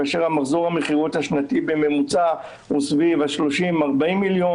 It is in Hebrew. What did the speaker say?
כאשר מחזור המכירות השנתי בממוצע הוא סביב 40-30 מיליון.